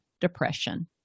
depression